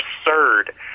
absurd